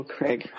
Craig